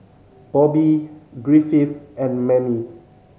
Bobbye Griffith and Mammie